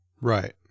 Right